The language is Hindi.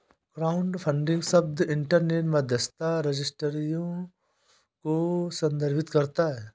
क्राउडफंडिंग शब्द इंटरनेट मध्यस्थता रजिस्ट्रियों को संदर्भित करता है